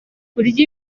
kurya